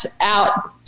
out